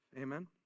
Amen